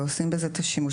ועושים בזה את השימוש,